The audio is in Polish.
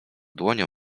dłonią